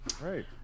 Right